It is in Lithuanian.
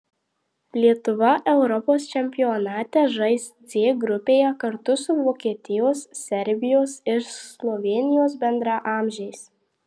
lietuva europos čempionate žais c grupėje kartu su vokietijos serbijos ir slovėnijos bendraamžiais